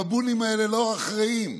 הבבונים האלה לא אחראים.